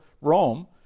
Rome